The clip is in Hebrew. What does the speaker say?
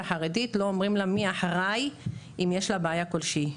לא אומרים לה מי האחראי אם יש לה בעיה כל שהיא.